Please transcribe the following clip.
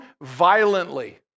violently